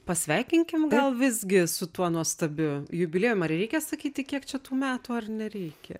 pasveikinkim gal visgi su tuo nuostabiu jubiliejum ar reikia sakyti kiek čia tų metų ar nereikia